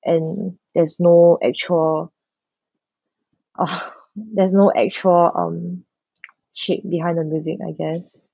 and there's no actual ugh there's no actual um shape behind the music I guess